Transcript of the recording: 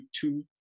two